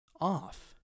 off